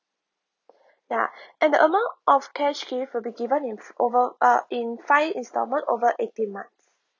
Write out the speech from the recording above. ya and the amount of cash gift will be given in over uh in five installment over eighteen months